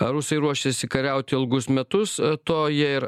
rusai ruošiasi kariauti ilgus metus to jie ir